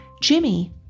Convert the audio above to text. Jimmy